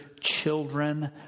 children